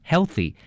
Healthy